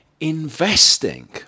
Investing